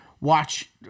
watch